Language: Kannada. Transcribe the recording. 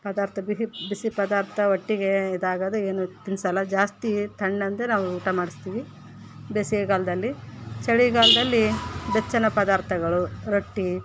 ಪದಾರ್ಥ ಬಿಸಿ ಬಿಸಿ ಪದಾರ್ಥ ಹೊಟ್ಟೆಗೆ ಇದಾಗೋದು ಏನು ತಿನಿಸೋಲ್ಲ ಜಾಸ್ತಿ ತಣ್ಣೊಂದೇ ನಾವು ಊಟ ಮಾಡಿಸ್ತೀವಿ ಬೇಸಿಗೆಗಾಲದಲ್ಲಿ ಚಳಿಗಾಲದಲ್ಲಿ ಬೆಚ್ಚನೆ ಪದಾರ್ಥಗಳು ರೊಟ್ಟಿ